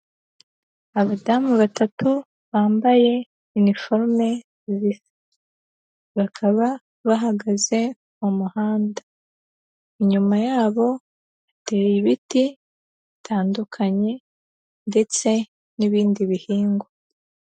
Abadamu batatu bambaye iniforume zisa, bakaba bahagaze mu muhanda, inyuma yabo hateye ibiti bitandukanye ndetse n'ibindi bihingwa.